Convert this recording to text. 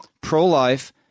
pro-life